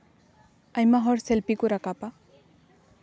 ᱟᱭᱢᱟ ᱦᱚᱲ ᱥᱤᱞᱯᱷᱤ ᱠᱚ ᱨᱟᱠᱟᱵᱟ